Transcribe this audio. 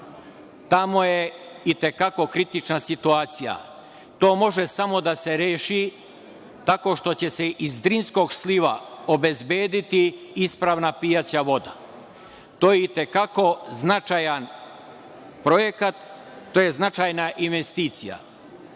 Tamo je i te kako kritična situacija. To može samo da se reši tako što će se iz Drinskog sliva obezbediti ispravna pijaća voda. To je i te kako značajan projekat. To je značajna investicija. Ono